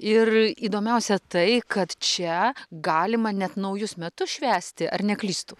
ir įdomiausia tai kad čia galima net naujus metus švęsti ar neklystu